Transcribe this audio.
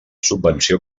subvenció